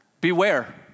Beware